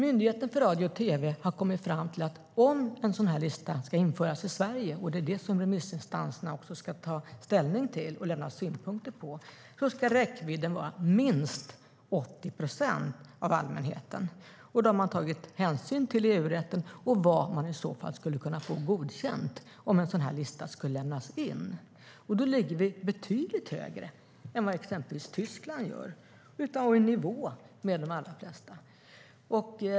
Myndigheten för radio och TV har kommit fram till att om en sådan lista ska införas i Sverige - och det är det som remissinstanserna ska ta ställning till och lämna synpunkter på - ska räckvidden vara minst 80 procent av allmänheten. Då har man tagit hänsyn till EU-rätten och vad man skulle kunna få godkänt om en sådan lista skulle lämnas in. Då ligger vi betydligt högre än vad exempelvis Tyskland gör och i nivå med de allra flesta.